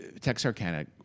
Texarkana